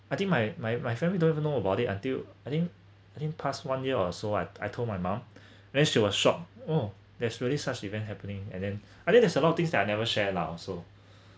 I think my my my family don't even know about it until I think I think past one year or so I I told my mum when she was shocked oh there's really such event happening and then I think there's a lot of things that I never share lah also